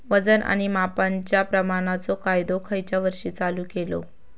वजन आणि मापांच्या प्रमाणाचो कायदो खयच्या वर्षी चालू केलो?